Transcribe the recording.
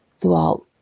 throughout